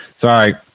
Sorry